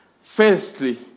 firstly